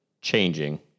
changing